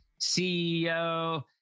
CEO